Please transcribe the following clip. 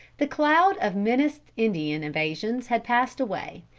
the cloud of menaced indian invasion had passed away,